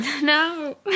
No